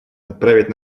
отправить